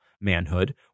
manhood